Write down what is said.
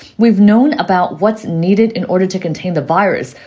we've known about what's needed in order to contain the virus.